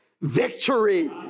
victory